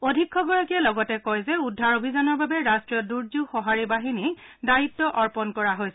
অধীক্ষকগৰাকীয়ে লগতে কয় যে উদ্ধাৰ অভিযানৰ বাবে ৰাষ্টীয় দূৰ্যোগ সহাৰি বাহিনীক দায়িত্ব অৰ্পণ কৰা হৈছে